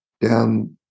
down